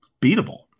beatable